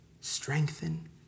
strengthen